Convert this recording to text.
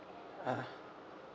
yeah